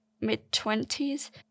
mid-twenties